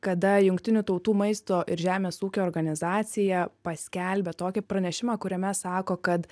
kada jungtinių tautų maisto ir žemės ūkio organizacija paskelbė tokį pranešimą kuriame sako kad